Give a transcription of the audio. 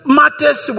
matters